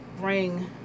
bring